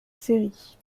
série